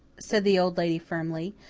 said the old lady firmly,